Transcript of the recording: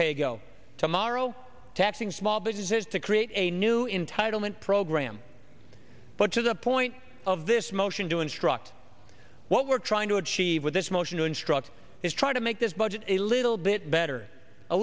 pay go tomorrow taxing small businesses to create a new in title and program but to the point of this motion to instruct what we're trying to achieve with this motion to instruct is try to make this budget a little bit better a